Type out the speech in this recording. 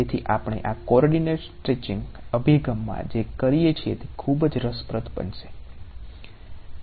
તેથી આપણે આ કોઓર્ડિનેટ સ્ટ્રેચિંગ અભિગમમાં જે કરીએ છીએ તે ખૂબ જ રસપ્રદ બનશે